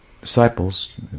disciples